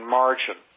margin